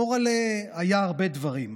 מורל'ה היה הרבה דברים: